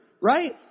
Right